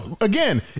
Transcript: Again